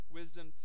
wisdom